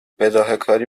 بداههکاری